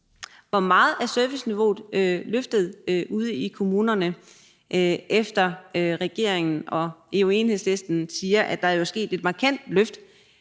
Hvor meget er serviceniveauet løftet ude i kommunerne? Regeringen og Enhedslisten siger, at der jo er sket et markant løft.